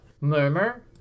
Murmur